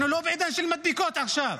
אנחנו לא בעידן של מדבקות עכשיו.